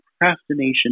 procrastination